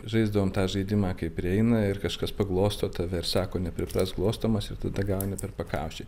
žaisdavom tą žaidimą kai prieina ir kažkas paglosto tave ir sako nepriprask glostomas ir tada gauni per pakaušį